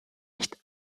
nicht